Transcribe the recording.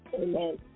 Amen